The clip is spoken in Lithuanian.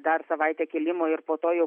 dar savaitę kilimo ir po to jau